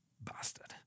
Bastard